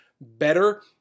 better